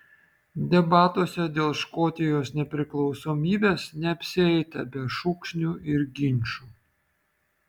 debatuose dėl škotijos nepriklausomybės neapsieita be šūksnių ir ginčų